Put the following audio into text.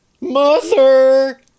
mother